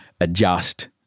adjust